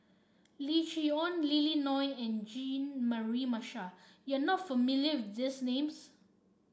Lim Chee Onn Lily Neo and Jean Mary Marshall you are not familiar these names